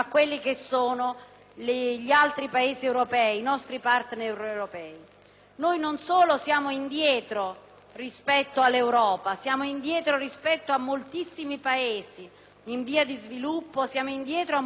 rispetto all'Europa. Siamo indietro rispetto a moltissimi Paesi in via di sviluppo e a moltissimi paesi che hanno raggiunto molto più tardi noi le soglie della democrazia parlamentare.